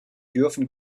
dürfen